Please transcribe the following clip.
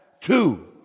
Two